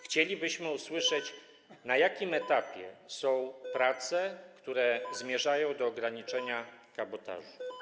Chcielibyśmy usłyszeć, na jakim etapie są prace, które zmierzają do ograniczenia kabotażu.